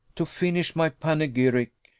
to finish my panegyric,